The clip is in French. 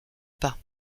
pas